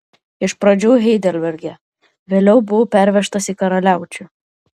iš pradžių heidelberge vėliau buvau pervežtas į karaliaučių